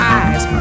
eyes